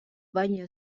baina